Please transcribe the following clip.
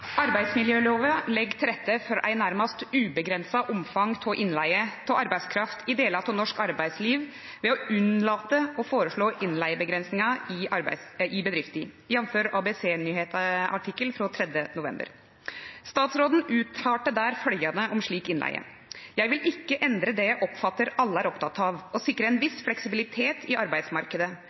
Arbeidsmiljøloven legger til rette for et nærmest ubegrenset omfang av innleie av arbeidskraft i deler av norsk arbeidsliv ved å unnlate å foreslå innleiebegrensninger i bedrifter, jf. en ABC Nyheter-artikkel 3. november 2017. Statsråden uttalte der følgende om slik innleie: «Jeg vil ikke endre det jeg oppfatter alle er opptatt av, å sikre en viss fleksibilitet i